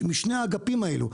משני האגפים האלה,